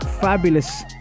fabulous